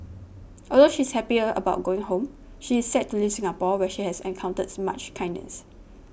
although she is happy about going home she is sad to leave Singapore where she has encountered much kindness